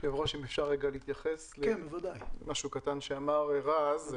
היושב ראש, אם אפשר להתייחס למשהו קטן שאמר רז.